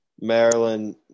Maryland